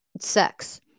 sex